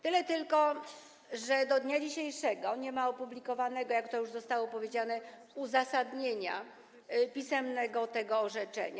Tyle tylko że do dnia dzisiejszego nie ma opublikowanego, jak to już zostało powiedziane, uzasadnienia pisemnego tego orzeczenia.